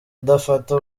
udafata